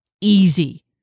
easy